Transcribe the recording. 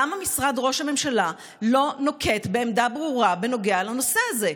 למה משרד ראש הממשלה לא נוקט עמדה ברורה בנוגע לנושא הזה?